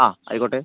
ആ ആയിക്കോട്ടെ